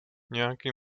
nějaký